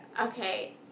Okay